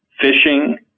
fishing